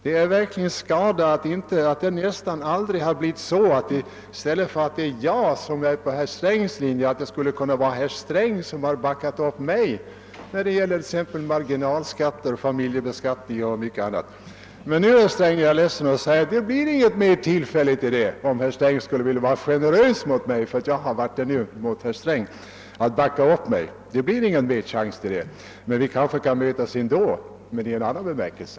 Det är verkligen skada att det nästan aldrig har varit herr Sträng som har backat upp mig — t.ex. när det gäller marginalskatter och familjebeskattning — utan att det bara är jag som hamnar på herr Strängs linje. Om herr Sträng nu i gengäld skulle vilja vara generös mot mig och backa upp mig någon gång så måste jag säga att det inte blir något mer tillfälle till det. Men vi kanske kan mötas ändå — men i en annan bemärkelse.